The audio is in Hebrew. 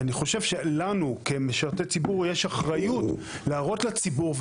ואני חושב שלנו כמשרתי ציבור יש אחריות להראות לציבור,